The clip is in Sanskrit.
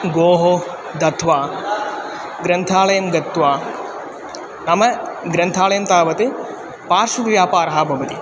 गोः दत्वा ग्रन्थालयं गत्वा नाम ग्रन्थालयं तावत् पार्श्वव्यापारः भवति